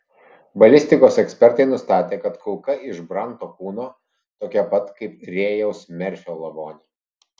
balistikos ekspertai nustatė kad kulka iš branto kūno tokia pat kaip rėjaus merfio lavone